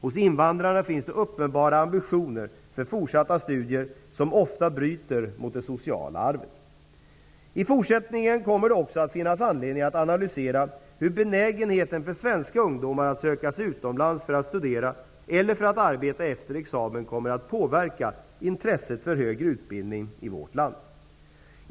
Hos invandrarna finns det uppenbara ambitioner för fortsatta studier som ofta bryter mot det sociala arvet. I fortsättningen kommer det också att finnas anledning att analysera hur benägenheten för svenska ungdomar att söka sig utomlands för att studera eller för att arbeta efter examen kommer att påverka intresset för högre utbildning i vårt land.